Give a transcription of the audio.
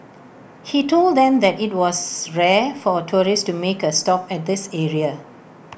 he told them that IT was rare for tourists to make A stop at this area